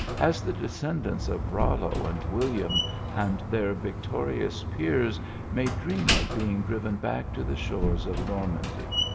as the descendants of rollo and william and their victorious peers may dream of being driven back to the shores of nor mandy.